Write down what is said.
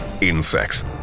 Insects